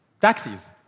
taxis